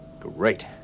Great